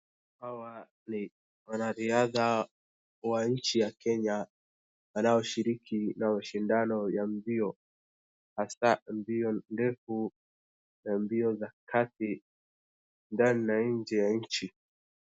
Hawa ni wanariadha wa nchi ya kenya wanaoshiriki kwa mashindano ya mbio haswa mbio ndefu na mbio za kati ndani na nje ya nchi.